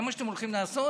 זה מה שאתם הולכים לעשות?